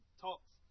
talks